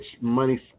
money